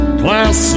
class